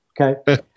Okay